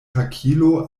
hakilo